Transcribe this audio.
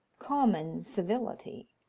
common civility.